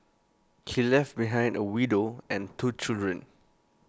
he left behind A widow and two children